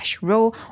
row